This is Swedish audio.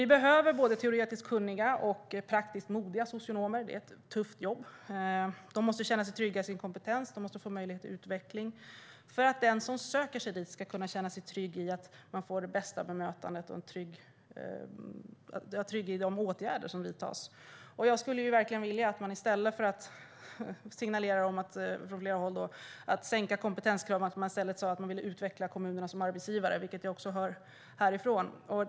Vi behöver både teoretiskt kunniga och praktiskt modiga socionomer. Det är ett tufft jobb. De måste känna sig trygga i sin kompetens och få möjlighet till utveckling för att de som söker sig till den sociala barn och ungdomsvården ska känna att de får det bästa bemötandet och vara trygga i de åtgärder som vidtas. Jag skulle verkligen vilja att man, i stället för att signalera om att sänka kompetenskraven, sa att man vill utveckla kommunerna som arbetsgivare, vilket jag också hör här.